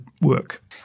work